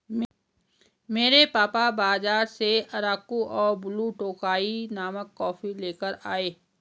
मेरे पापा बाजार से अराकु और ब्लू टोकाई नामक कॉफी लेकर आए